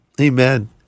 Amen